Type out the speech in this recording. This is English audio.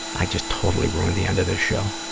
i just totally ruined the end of this show.